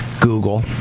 Google